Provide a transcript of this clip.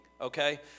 okay